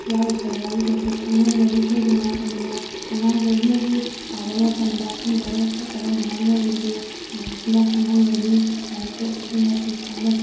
ꯌꯥꯎꯔꯤꯕ ꯋꯥꯔꯤꯈꯩꯁꯦ ꯈꯪꯍꯟꯒꯅꯤ ꯁꯣꯏꯗꯅ ꯑꯗꯨꯅ ꯑꯉꯥꯡꯈꯩꯁꯤꯅꯁꯨ ꯄꯥꯕ ꯃꯇꯝꯗ ꯈꯪꯗꯕ ꯈꯣꯠꯇꯕ ꯃꯌꯥꯝ ꯂꯩꯔꯝꯃꯁꯨ ꯂꯥꯏꯔꯤꯛꯁꯤꯅ ꯈꯪꯍꯟꯒꯅꯤ ꯂꯥꯏꯔꯤꯛꯁꯦ ꯑꯗꯨꯛꯀꯤ ꯃꯇꯤꯛ ꯀꯥꯟꯅꯩ